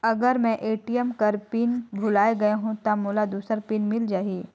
अगर मैं ए.टी.एम कर पिन भुलाये गये हो ता मोला दूसर पिन मिल जाही?